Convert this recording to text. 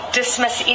dismiss